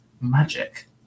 Magic